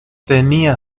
tenía